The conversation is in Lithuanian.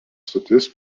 stotis